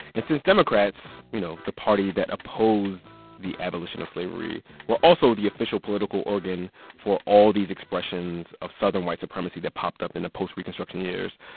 since democrats you know, the party that opposed the abolition of slavery were also the official political organ for all these expressions of southern white supremacy that popped up in the post-reconstruction years,